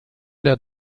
der